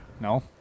No